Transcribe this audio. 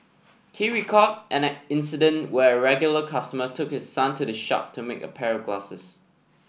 he recalled an incident when a regular customer took his son to the shop to make a pair of glasses